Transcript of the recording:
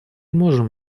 можем